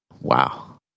wow